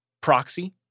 proxy